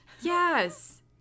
Yes